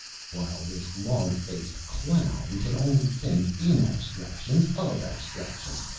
while this long-faced clown can only think in abstractions of abstractions,